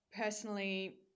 personally